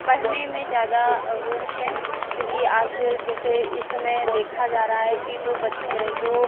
पढ़ने में ज़्यादा वो रहें क्योंकि आज जैसे इस समय देखा जा रहा है कि जो जो